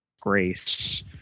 grace